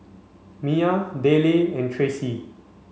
Miya Dayle and Tracee